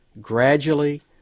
gradually